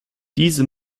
diese